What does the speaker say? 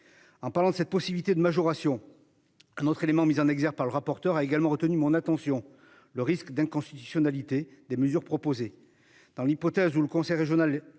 En parlant de cette possibilité de majoration. Un autre élément mis en exergue par le rapporteur a également retenu mon attention. Le risque d'inconstitutionnalité des mesures proposées. Dans l'hypothèse où le conseil régional